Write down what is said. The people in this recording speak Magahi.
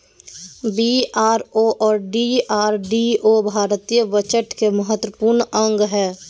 बी.आर.ओ और डी.आर.डी.ओ भारतीय बजट के महत्वपूर्ण अंग हय